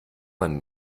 man